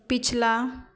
ਪਿਛਲਾ